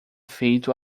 feito